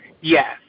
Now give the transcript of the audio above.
Yes